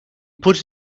put